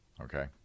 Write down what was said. okay